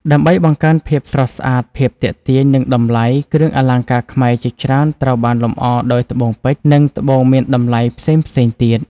ដើម្បីបង្កើនភាពស្រស់ស្អាត ភាពទាក់ទាញ និងតម្លៃ គ្រឿងអលង្ការខ្មែរជាច្រើនត្រូវបានលម្អដោយ ត្បូងពេជ្រ និង ត្បូងមានតម្លៃ ផ្សេងៗទៀត។